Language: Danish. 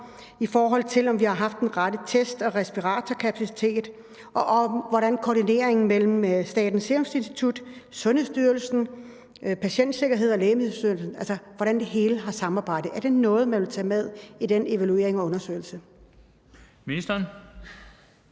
i forhold til om vi har haft den rette test- og respiratorkapacitet, og i forhold til hvordan koordineringen mellem Statens Serum Institut, Sundhedsstyrelsen, Styrelsen for Patientsikkerhed og Lægemiddelstyrelsen har fungeret, altså hvordan det hele har samarbejdet. Er det noget, man vil tage med i den evaluering og undersøgelse? Kl.